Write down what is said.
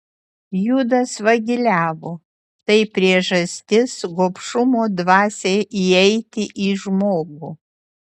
judas vagiliavo tai priežastis gobšumo dvasiai įeiti į žmogų